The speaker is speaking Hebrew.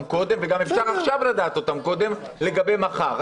קודם וגם אפשר עכשיו לדעת אותם קודם לגבי מחר.